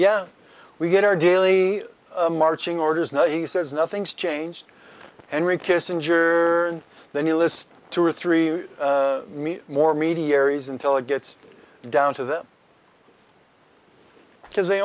yeah we get our daily marching orders now he says nothing's changed henry kissinger and then you list two or three me more meaty areas until it gets down to them because they